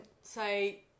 say